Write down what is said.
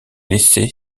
laissé